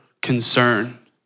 concern